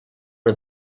una